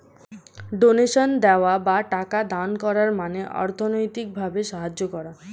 ডোনেশনে দেওয়া বা টাকা দান করার মানে অর্থনৈতিক ভাবে সাহায্য করা